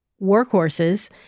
workhorses